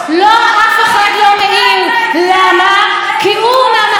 למחנה הנאור מותר לגדף את בית המשפט.